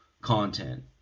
content